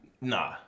Nah